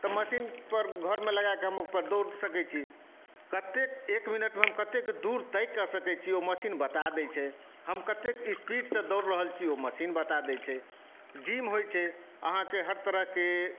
तऽ मशीनपर घरमे लगाके हम ओहिपर दौड़ि सकै छी कतेक एक मिनटमे कतेक दूर तय कऽ सकै छी ओ मशीन बता दै छै हम कतेक इस्पीडसँ दौड़ि रहल छी ओ मशीन बता दै छै जिम होइ छै अहाँके हर तरहके